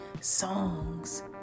songs